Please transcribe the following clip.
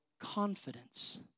confidence